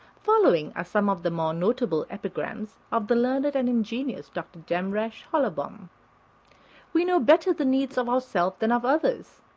following are some of the more notable epigrams of the learned and ingenious dr. jamrach holobom we know better the needs of ourselves than of others.